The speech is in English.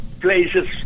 places